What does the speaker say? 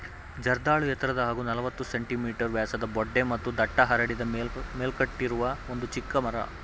ಜರ್ದಾಳು ಎತ್ತರದ ಹಾಗೂ ನಲವತ್ತು ಸೆ.ಮೀ ವ್ಯಾಸದ ಬೊಡ್ಡೆ ಮತ್ತು ದಟ್ಟ ಹರಡಿದ ಮೇಲ್ಕಟ್ಟಿರುವ ಒಂದು ಚಿಕ್ಕ ಮರ